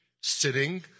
sitting